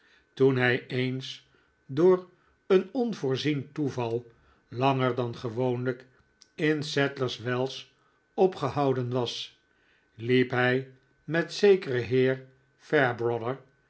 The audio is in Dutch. toen hij eens door een onvoorzien toeval anger dan gewoonlijk in sadlers wells opgehouden was liep hij met zekeren heer